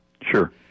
Sure